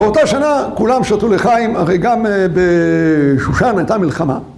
באותה שנה כולם שתו לחיים, הרי גם בשושן הייתה מלחמה.